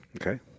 Okay